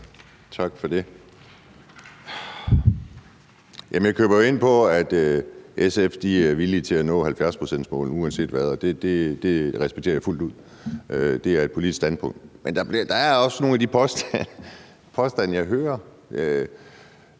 Tak for det. Jeg kan forstå, at SF er villige til at nå 70-procentsmålet uanset hvad. Det respekterer jeg fuldt ud. Det er et politisk standpunkt. Men der er også noget med nogle af de påstande, jeg hører.